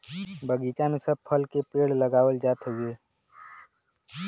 बगीचा में सब फल के पेड़ लगावल जात हउवे